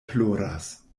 ploras